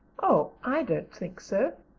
oh, i don't think so,